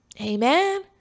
Amen